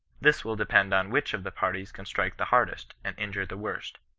this will de pend on which of the parties can strike the hardest, and injure the worst.